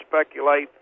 speculate